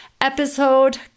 episode